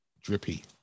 drippy